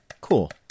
Cool